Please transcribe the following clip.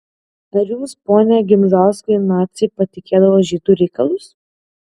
ar jums pone gimžauskai naciai patikėdavo žydų reikalus